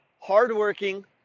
hardworking